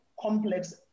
complex